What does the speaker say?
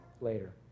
later